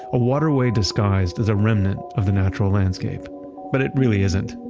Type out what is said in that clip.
a waterway disguised as a remnant of the natural landscape but it really isn't.